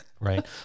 Right